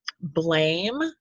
blame